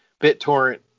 BitTorrent